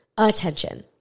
attention